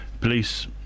police